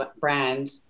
brand